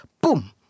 Boom